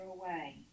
away